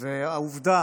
והעובדה